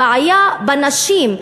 הבעיה בנשים,